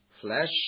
Flesh